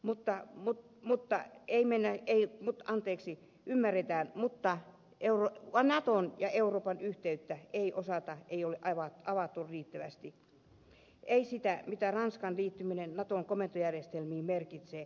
mutta mutta ei mennä ei anteeksi ymmärretään mutta naton ja euroopan yhteyttä ei ole avattu riittävästi ei sitä mitä ranskan liittyminen naton komentojärjestelmiin merkitsee